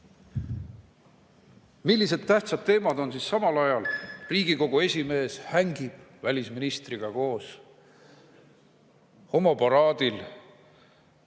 Millised tähtsad teemad on samal ajal? Riigikogu esimees hängib välisministriga koos homoparaadil